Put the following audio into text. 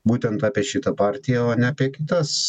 būtent apie šitą partiją o ne apie kitas